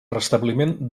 restabliment